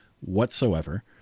whatsoever